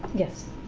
yes.